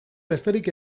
besterik